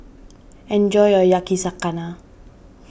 enjoy your Yakizakana